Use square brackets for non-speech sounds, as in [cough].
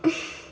[laughs]